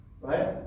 Right